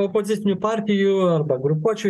opozicinių partijų arba grupuočių